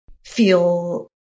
feel